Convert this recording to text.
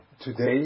today